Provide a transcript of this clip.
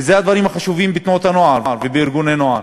ואלה הדברים החשובים בתנועות הנוער ובארגוני הנוער,